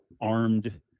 armed